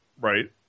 right